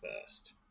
first